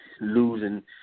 Losing